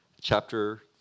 chapter